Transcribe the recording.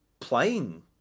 Playing